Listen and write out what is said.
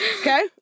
Okay